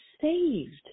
saved